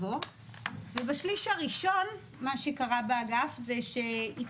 בשלישי הראשון מה שקרה באגף זה שהיה